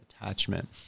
attachment